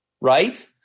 right